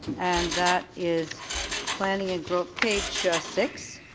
and that is planning ah page six